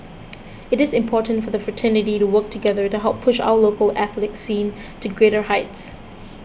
it is important for the fraternity to work together to help push our local Athletics scene to greater heights